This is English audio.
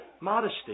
modesty